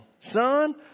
son